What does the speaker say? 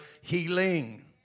healing